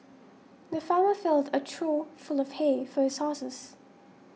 the farmer filled a trough full of hay for his horses